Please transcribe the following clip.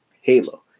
Halo